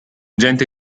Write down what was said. gente